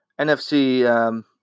NFC